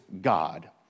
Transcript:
God